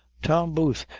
tom booth,